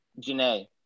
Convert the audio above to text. Janae